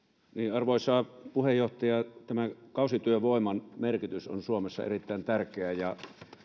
arvoisa puheenjohtaja kausityövoiman merkitys on suomessa erittäin tärkeä ja